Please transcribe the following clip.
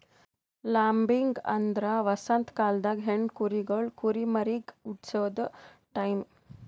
lambing ಅಂದ್ರ ವಸಂತ ಕಾಲ್ದಾಗ ಹೆಣ್ಣ ಕುರಿಗೊಳ್ ಕುರಿಮರಿಗ್ ಹುಟಸದು ಟೈಂ